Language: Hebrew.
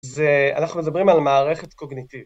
אנחנו מדברים על מערכת קוגניטיב.